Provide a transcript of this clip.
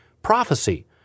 Prophecy